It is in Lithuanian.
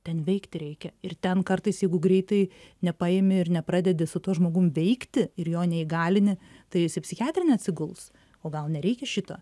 ten veikti reikia ir ten kartais jeigu greitai nepaimi ir nepradedi su tuo žmogum veikti ir jo neįgalini tai jis į psichiatrinę atsiguls o gal nereikia šito